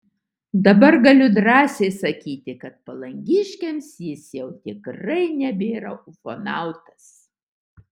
dabar galiu drąsiai sakyti kad palangiškiams jis jau tikrai nebėra ufonautas